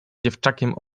dziewczakiem